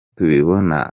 tubibona